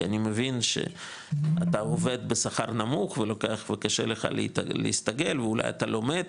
כי אני מבין שאתה עובד בשכר נמוך וקשה לך להסתגל ואולי אתה לומד